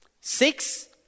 Six